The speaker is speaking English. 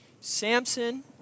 Samson